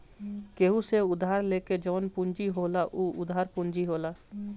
केहू से उधार लेके जवन पूंजी होला उ उधार पूंजी होला